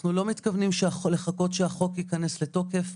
אנחנו לא מתכוונים לחכות שהחוק ייכנס לתוקף,